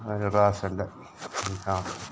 അതിന് ഗ്ലാസ്സൊണ്ട് പിന്നെ